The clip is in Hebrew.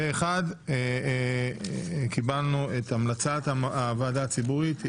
פה אחד, קיבלנו את המלצת הוועדה הציבורית.